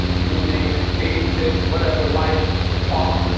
you name it, dating tips, whatever life talk,